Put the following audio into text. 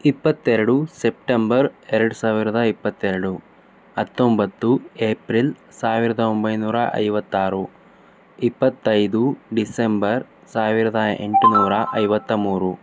ಇಪ್ಪತ್ತೆರಡು ಸೆಪ್ಟೆಂಬರ್ ಎರಡು ಸಾವಿರದ ಇಪ್ಪತ್ತೆರಡು ಹತ್ತೊಂಬತ್ತು ಏಪ್ರಿಲ್ ಸಾವಿರದ ಒಂಬೈನೂರ ಐವತ್ತಾರು ಇಪ್ಪತ್ತೈದು ಡಿಸೆಂಬರ್ ಸಾವಿರದ ಎಂಟುನೂರ ಐವತ್ತಮೂರು